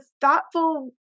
thoughtful